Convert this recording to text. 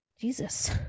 Jesus